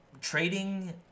Trading